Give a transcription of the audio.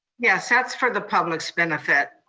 yes, that's for the public's benefit.